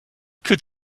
could